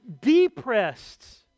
depressed